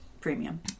premium